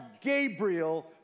Gabriel